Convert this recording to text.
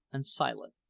and silent.